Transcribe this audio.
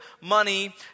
money